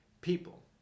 people